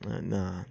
nah